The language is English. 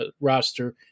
roster